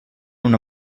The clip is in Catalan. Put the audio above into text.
una